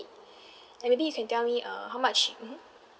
and maybe you can tell me uh how much mmhmm